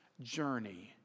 journey